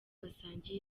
basangiye